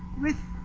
with